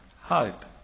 hope